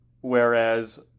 whereas